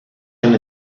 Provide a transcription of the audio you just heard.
han